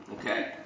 Okay